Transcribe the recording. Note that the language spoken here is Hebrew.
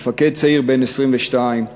מפקד צעיר בן 22,